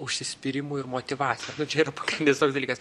užsispyrimu ir motyvacija nu čia yra pagrindinis toks dalykas